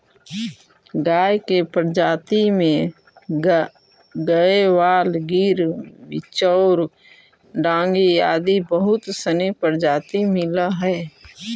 गाय के प्रजाति में गयवाल, गिर, बिच्चौर, डांगी आदि बहुत सनी प्रजाति मिलऽ हइ